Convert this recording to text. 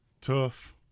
Tough